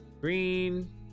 green